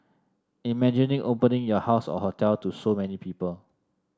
imagine opening your house or hotel to so many people